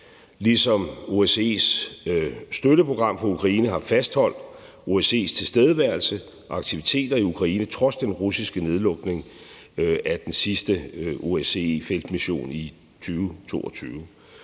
ligesom OSCE's støtteprogram for Ukraine har fastholdt OSCE's tilstedeværelse og aktiviteter i Ukraine trods den russiske nedlukning af den sidste OSCE-feltmission i 2022.